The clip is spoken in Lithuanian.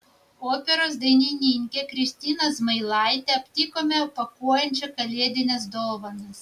operos dainininkę kristiną zmailaitę aptikome pakuojančią kalėdines dovanas